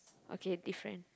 okay different